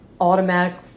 automatic